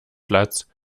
platz